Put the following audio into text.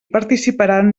participaran